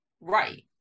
Right